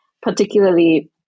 particularly